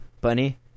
Bunny